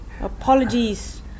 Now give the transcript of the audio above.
Apologies